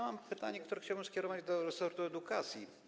Mam pytanie, które chciałbym skierować do resortu edukacji.